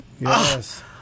Yes